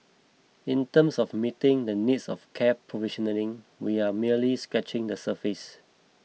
in terms of meeting the needs of care provisioning we are merely scratching the surface